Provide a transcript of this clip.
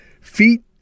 feet